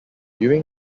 during